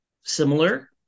similar